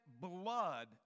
blood